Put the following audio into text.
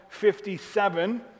57